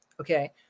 okay